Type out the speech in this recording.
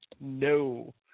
No